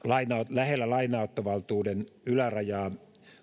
lähellä lainanottovaltuuden ylärajaa